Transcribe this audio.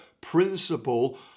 principle